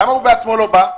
למה הוא בעצמו לא בא?